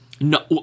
No